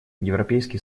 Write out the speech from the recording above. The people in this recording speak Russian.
европейский